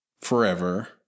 forever